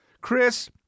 Chris